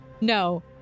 No